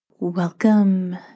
Welcome